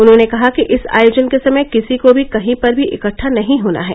उन्होंने कहा कि इस आयोजन के समय किसी को भी कही पर भी इकहा नहीं होना है